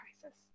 crisis